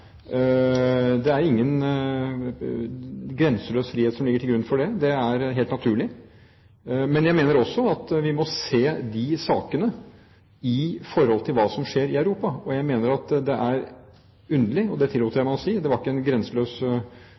Det er ingen grenseløs frihet som ligger til grunn for det, det er helt naturlig. Men jeg mener også at vi må se disse sakene i forhold til hva som skjer i Europa. Og det er underlig – det tillot jeg meg å si, det var ikke en grenseløs